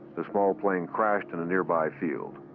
the small plane crashed in a nearby field.